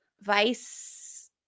vice